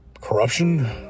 corruption